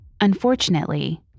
Unfortunately